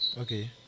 okay